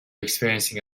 experiencing